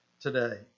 today